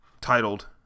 titled